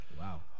Wow